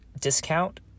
discount